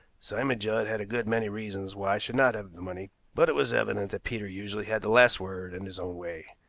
simon judd had a good many reasons why i should not have the money, but it was evident that peter usually had the last word and his own way.